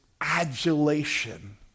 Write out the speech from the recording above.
adulation